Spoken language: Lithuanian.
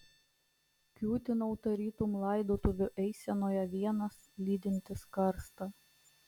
kiūtinau tarytum laidotuvių eisenoje vienas lydintis karstą